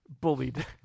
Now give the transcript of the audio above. Bullied